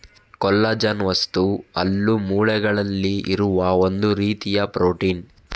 collagen ವಸ್ತು ಹಲ್ಲು, ಮೂಳೆಗಳಲ್ಲಿ ಇರುವ ಒಂದು ರೀತಿಯ ಪ್ರೊಟೀನ್